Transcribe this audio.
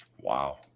wow